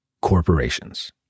corporations